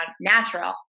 natural